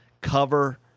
cover